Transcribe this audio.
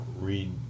read